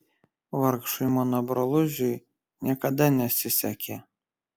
vargšui mano brolužiui niekada nesisekė